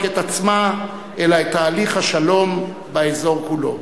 את עצמה אלא את תהליך השלום באזור כולו.